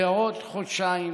בעוד חודשיים,